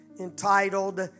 entitled